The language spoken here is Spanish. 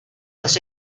los